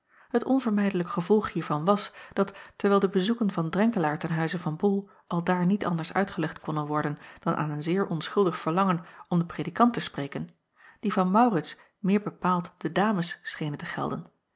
delen onvermijdelijk gevolg hiervan was dat terwijl de bezoeken van renkelaer ten huize van ol aldaar niet anders uitgelegd konnen worden dan aan een zeer onschuldig verlangen om den predikant te spreken die van aurits meer bepaald de dames schenen te gelden